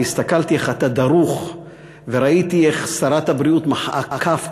ואני הסתכלתי איך אתה דרוך וראיתי איך שרת הבריאות מחאה כף,